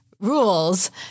rules